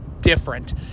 different